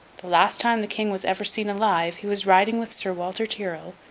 the last time the king was ever seen alive, he was riding with sir walter tyrrel,